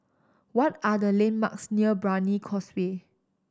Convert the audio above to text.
what are the landmarks near Brani Causeway